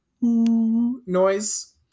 noise